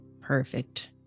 Perfect